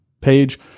page